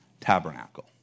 tabernacle